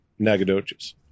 Nagadoches